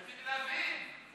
רציתי להבין.